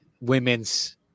women's